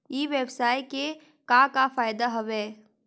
ई व्यवसाय के का का फ़ायदा हवय?